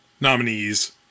nominees